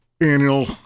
annual